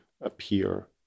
appear